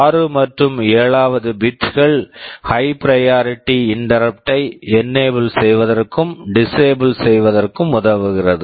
6 மற்றும் 7 வது bit bit கள் high priority high priority interrupt interrupt ஐ என்னேபிள் enable செய்வதற்கும் டிஸ்ஏபிள் disable செய்வதற்கும் உதவுகிறது